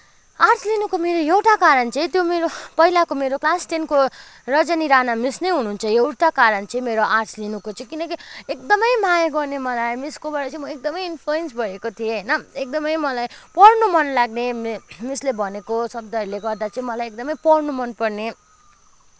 arts लिनुको मेरो एउटा कारण चाहिँ त्यो मेरो पहिलाको मेरो क्लास टेनको रजनी राना मिस नै हुनुहुन्छ एउटा कारण चाहिँ मेरो आर्टस लिनुको चाहिँ किनकि एकदमै माया गर्ने मलाई मिसकोबाट चाहिँ म एकदमै इनफ्लुएन्स भएको थिएँ होइन एकदमै मलाई पढ्न मन लाग्ने मिसले भनेको शब्दहरूले गर्दा चाहिँ मलाई एकदमै पढ्न मनपर्ने